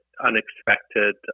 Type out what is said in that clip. unexpected